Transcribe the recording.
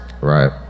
Right